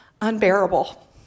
unbearable